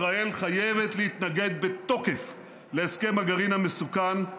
ישראל חייבת להתנגד בתוקף להסכם הגרעין המסוכן.